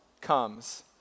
comes